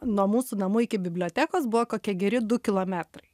nuo mūsų namų iki bibliotekos buvo kokie geri du kilometrai